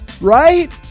right